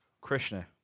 Krishna